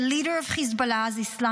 the leader of Hezbollah's Islamic